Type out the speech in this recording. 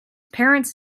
parents